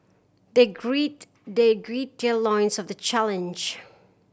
they gird they gird their loins of the challenge